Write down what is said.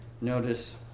notice